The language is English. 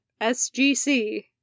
SGC